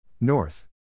North